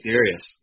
serious